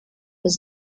was